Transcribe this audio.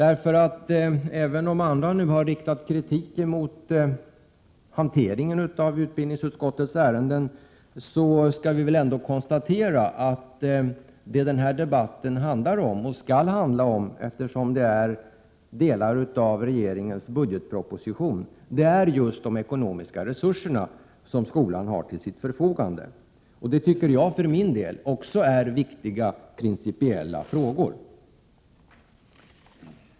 Även om andra nu har riktat kritik mot hanteringen av utbildningsutskottets ärenden skall väl konstateras, att det som denna debatt handlar om — och skall handla om, eftersom det gäller delar av regeringens budgetproposition — är just de ekonomiska resurser som skolan har till sitt förfogande. Jag tycker för min del att det är viktiga principiella frågor.